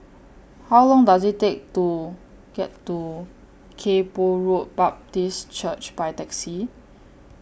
How Long Does IT Take to get to Kay Poh Road Baptist Church By Taxi